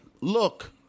look